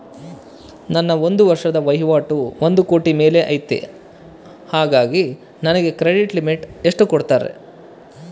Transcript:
ನನ್ನ ಒಂದು ವರ್ಷದ ವಹಿವಾಟು ಒಂದು ಕೋಟಿ ಮೇಲೆ ಐತೆ ಹೇಗಾಗಿ ನನಗೆ ಕ್ರೆಡಿಟ್ ಲಿಮಿಟ್ ಎಷ್ಟು ಕೊಡ್ತೇರಿ?